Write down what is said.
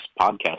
podcast